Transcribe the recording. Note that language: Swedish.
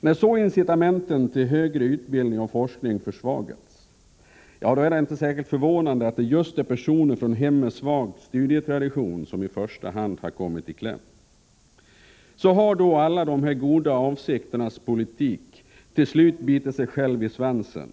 När så incitamenten till högre utbildning och forskning försvagats, är det inte särskilt förvånande att det just är personer från hem med svag studietradition som i första hand har kommit i kläm. Så har då alla de goda avsikternas politik till slut bitit sig själv i svansen.